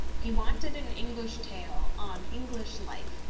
he wanted an english tale, on english life,